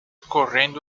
correndo